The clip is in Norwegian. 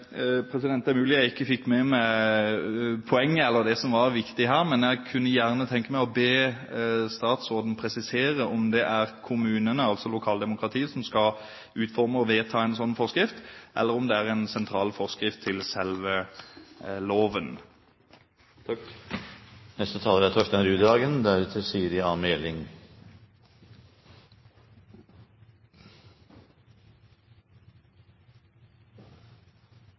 Det er mulig jeg ikke fikk med meg poenget, eller det som var viktig her, men jeg kunne gjerne tenke meg å be statsråden presisere om det er kommunene – altså lokaldemokratiet – som skal utforme og vedta en slik forskrift, eller om det er en sentral forskrift til selve loven.